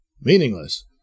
meaningless